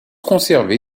conservé